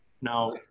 Now